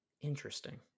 Interesting